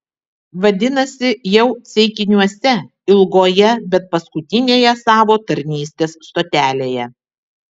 vadinasi jau ceikiniuose ilgoje bet paskutinėje savo tarnystės stotelėje